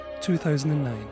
2009